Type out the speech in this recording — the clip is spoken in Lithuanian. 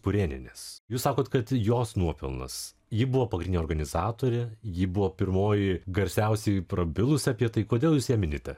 purėnienės jūs sakot kad jos nuopelnas ji buvo pagrindinė organizatorė ji buvo pirmoji garsiausiai prabilus apie tai kodėl jūs ją minite